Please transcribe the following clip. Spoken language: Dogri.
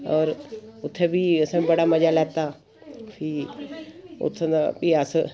होर उत्थै बी असें बड़ा मजा लैता फ्ही उत्थुूं'दा फ्ही अस ह्